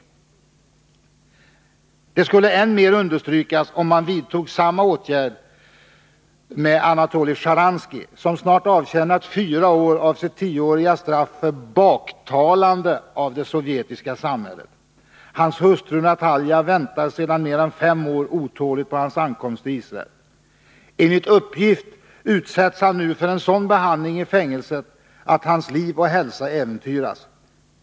Detta skulle än mer understrykas, om man vidtog samma åtgärd för Anatoly Shceharansky, som snart avtjänat fyra år av sitt tioåriga straff för ”baktalande” av det sovjetiska samhället. Hans hustru Natalja väntar sedan mer än fem år otåligt på hans ankomst till Israel. Enligt uppgift utsätts han nu för en sådan behandling i fängelset att hans liv och hälsa äventyras.